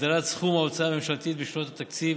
(הגדלת סכום ההוצאה הממשלתית בשנות התקציב